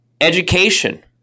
Education